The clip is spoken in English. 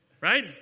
Right